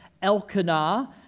Elkanah